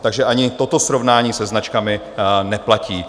Takže ani toto srovnání se značkami neplatí.